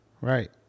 Right